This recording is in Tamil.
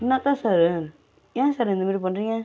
என்னாத்த சார் ஏன் சார் இந்தமாதிரி பண்ணுறீங்க